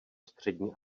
střední